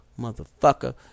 Motherfucker